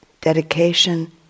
dedication